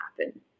happen